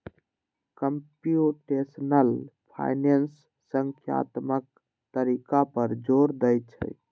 computational finance संख्यात्मक तरीका पर जोर दै छै